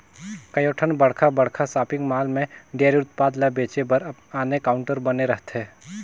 कयोठन बड़खा बड़खा सॉपिंग मॉल में डेयरी उत्पाद ल बेचे बर आने काउंटर बने रहथे